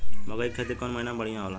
मकई के खेती कौन महीना में बढ़िया होला?